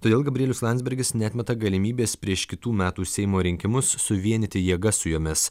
todėl gabrielius landsbergis neatmeta galimybės prieš kitų metų seimo rinkimus suvienyti jėgas su jomis